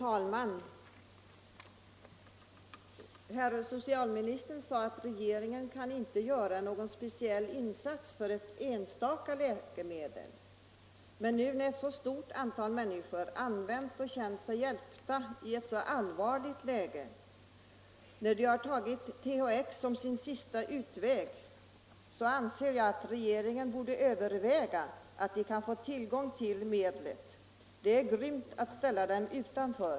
Ang. rätten att Fru talman! Socialministern sade att regeringen inte kan göra någon använda vissa s.k. speciell insats för ett enstaka läkemedel. Men när ett stort antal människor — naturläkemedel, har känt sig hjälpta i ett så allvarligt läge, när de har tagit THX som mm.m. sin sista utväg, då borde regeringen överväga möjligheten att se till att de får tillgång till medlet. Det är grymt att ställa dem utanför.